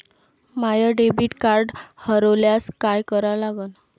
माय debit card हरोल्यास काय करा लागन?